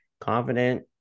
confident